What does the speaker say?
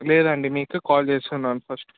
లేదండి మీకు కాల్ చేస్తున్నాను ఫస్ట్